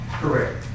Correct